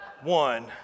One